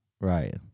Right